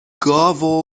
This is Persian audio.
گاو